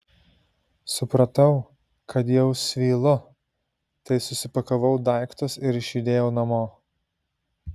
supratau kad jau svylu tai susipakavau daiktus ir išjudėjau namo